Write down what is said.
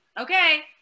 okay